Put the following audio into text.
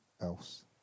else